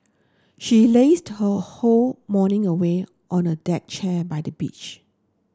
she lazed her whole morning away on a deck chair by the beach